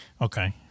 Okay